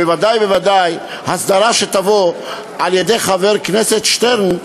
בוודאי הסדרה שתבוא על-ידי חבר כנסת שטרן,